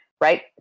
right